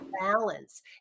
balance